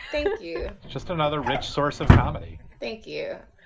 thank you just another rich source of comedy thank you.